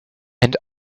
and